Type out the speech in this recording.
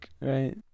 Right